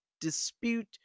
dispute